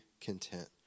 content